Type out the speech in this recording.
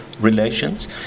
relations